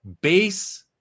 Base